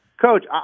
Coach